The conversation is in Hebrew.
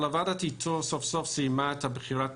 אבל הוועדה סוף-סוף סיימה את בחירת